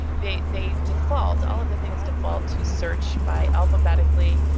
they they default, all of the things default to search by alphabetically.